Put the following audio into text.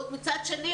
מצד שני,